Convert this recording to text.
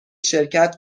شرکت